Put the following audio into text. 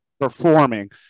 performing